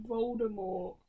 Voldemort